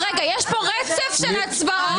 יש פה רצף של הצבעות.